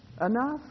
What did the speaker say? enough